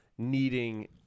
needing